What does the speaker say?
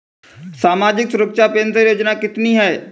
सामाजिक सुरक्षा पेंशन योजना कितनी हैं?